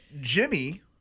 Jimmy